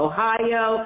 Ohio